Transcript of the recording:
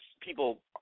people